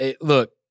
Look